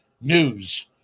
news